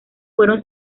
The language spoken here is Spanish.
fueron